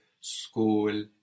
school